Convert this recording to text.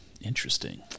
Interesting